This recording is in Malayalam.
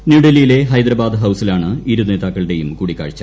ന്യൂഡൽഹിയിലെ ഹൈദരാബാദ് ഹൌസിലാണ് ഇരുനേതാക്കളുടെയും കൂടിക്കാഴ്ച